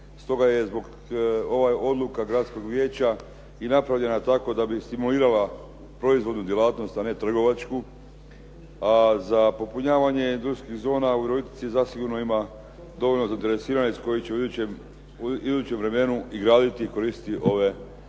Stoga je zbog, ova je odluka gradskog vijeća i napravljena tako da bi stimulirala proizvodnu djelatnost a ne trgovačku. A za popunjavanje industrijskih zona u Virovitici zasigurno ima dovoljno zainteresirani koji će u idućem vremenu i graditi i koristiti ove povlastice